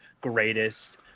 greatest